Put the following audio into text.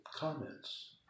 Comments